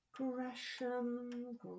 Gresham